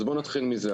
אז בואו נתחיל מזה.